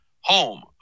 home